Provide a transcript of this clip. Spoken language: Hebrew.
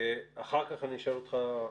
אחר כך אני אשאל אותך,